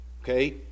Okay